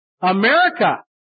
America